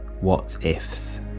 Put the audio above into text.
what-ifs